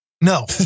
No